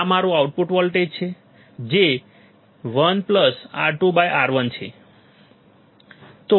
આ મારું output voltage છે જે 1 R2 R1 છે